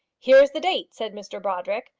here is the date, said mr brodrick,